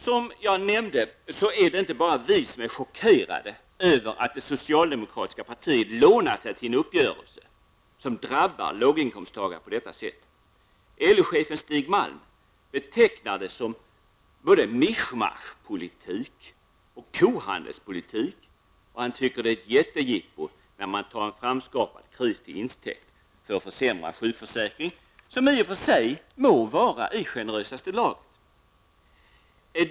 Som jag nämnde, är det inte bara vi som är chockerade över att det socialdemokratiska partiet har lånat sig till en uppgörelse som drabbar låginkomsttagare på detta sätt. LO-chefen Stig Malm betecknar det som både misch-masch-politik och kohandelspolitik, och han tycker att det är ett jättejippo när man tar en framskapad kris till intäkt för att försämra en sjukförsäkring som i och för sig må vara i generösaste laget.